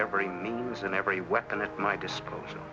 every means and every weapon at my disposal